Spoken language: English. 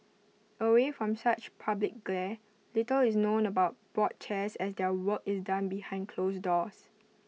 away from such public glare little is known about board chairs as their work is done behind closed doors